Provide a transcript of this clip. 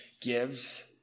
gives